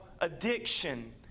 addiction